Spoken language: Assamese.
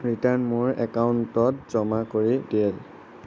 ৰিটাৰ্ণ মোৰ একাউণ্টত জমা কৰি দিয়ে